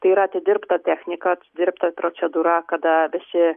tai yra atidirbta technika atidirbta procedūra kada visi